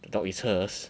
the dog is hers